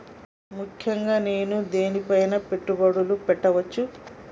ముఖ్యంగా నేను దేని పైనా పెట్టుబడులు పెట్టవచ్చు?